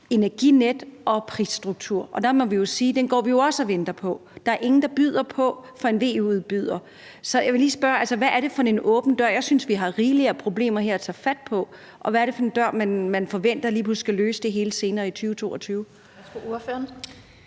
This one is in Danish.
energinet og prisstruktur. Og den må vi jo også sige vi går og venter på. Der er ingen VE-udbyder, der byder på det. Så jeg vil lige spørge: Hvad er det for en åben dør? Jeg synes, vi har rigelig med problemer her at tage fat på. Og hvad er det for en dør man forventer lige pludselig skal løse det hele senere i 2022?